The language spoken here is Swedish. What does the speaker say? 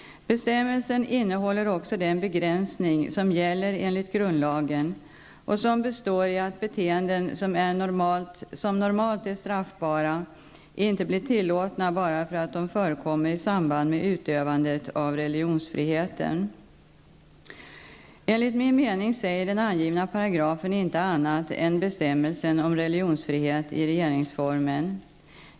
Bestämmelsen innehåller också den begränsning som gäller enligt grundlagen och som består i att beteenden som normalt är straffbara inte blir tillåtna bara för att de förekommer i samband med utövandet av religionsfriheten. Enligt min mening säger den angivna paragrafen inte annat än bestämmelsen om religionsfrihet i regeringsformen.